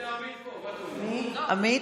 עמית,